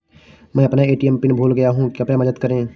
मैं अपना ATM PIN भूल गया हूँ, कृपया मदद करें